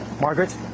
Margaret